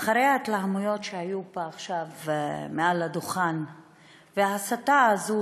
אחרי ההתלהמויות שהיו פה עכשיו מעל הדוכן וההסתה הזאת,